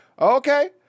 okay